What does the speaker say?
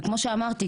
וכמו שאמרתי,